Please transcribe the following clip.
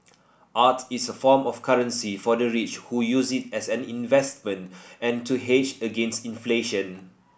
art is a form of currency for the rich who use it as an investment and to hedge against inflation